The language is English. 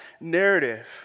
narrative